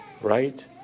right